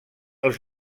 els